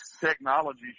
technology